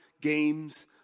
Games